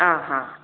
ആ ആ